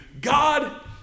God